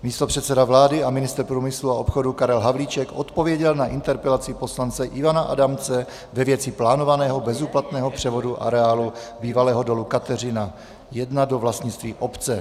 Místopředseda vlády a ministr průmyslu a obchodu Karel Havlíček odpověděl na interpelaci poslance Ivana Adamce ve věci plánovaného bezúplatného převodu areálu bývalého dolu Kateřina I do vlastnictví obce.